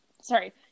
sorry